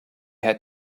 had